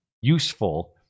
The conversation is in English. useful